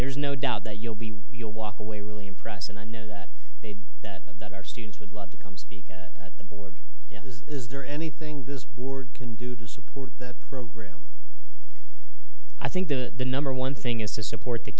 there's no doubt that you'll be you'll walk away really impressed and i know that they'd that our students would love to come speak at the board is there anything this board can do to support that program i think the number one thing is to support the